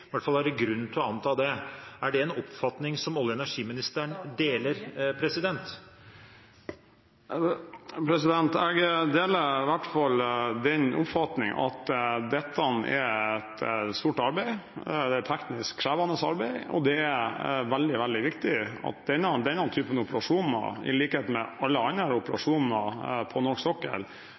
hvert fall er det grunn til å anta det. Er det en oppfatning som olje- og energiministeren deler? Jeg deler i hvert fall den oppfatning at dette er et stort arbeid, det er et teknisk krevende arbeid, og det er veldig, veldig viktig at denne typen operasjoner, i likhet med alle andre operasjoner på norsk sokkel,